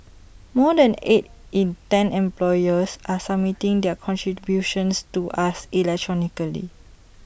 more than eight in ten employers are submitting their contributions to us electronically